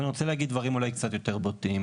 אבל אני רוצה להגיד דברים אולי קצת יותר בוטים.